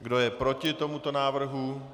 Kdo je proti tomuto návrhu?